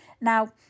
now